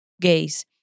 gays